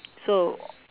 so